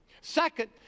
Second